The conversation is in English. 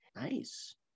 nice